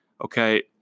Okay